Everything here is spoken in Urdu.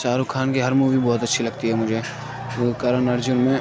شاہ رُخ خان کی ہر مووی بہت اچھی لگتی ہے مجھے کیونکہ کرن ارجن میں